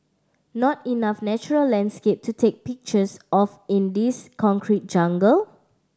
not enough natural landscape to take pictures of in this concrete jungle